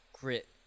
grit